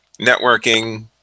networking